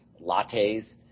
lattes